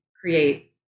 create